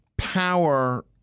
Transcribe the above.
Power